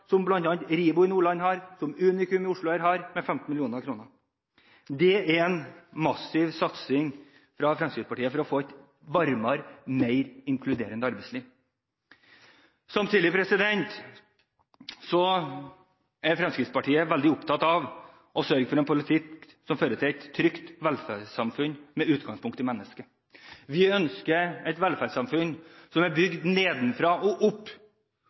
Ribo i Nordland og Unikum i Oslo – med 15 mill. kr. Dette er en massiv satsing fra Fremskrittspartiet for å få et varmere og mer inkluderende arbeidsliv. Samtidig er Fremskrittspartiet veldig opptatt av å sørge for en politikk som fører til et trygt velferdssamfunn, med utgangspunkt i mennesket. Vi ønsker oss et velferdssamfunn som er bygget nedenfra og opp,